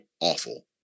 awful